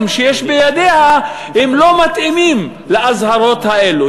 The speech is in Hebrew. שיש בידיה לא מתאימים לאזהרות האלה.